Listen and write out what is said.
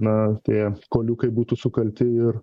na tie kuoliukai būtų sukalti ir